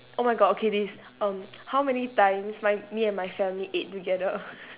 oh my god okay this um how many times my me and my family ate together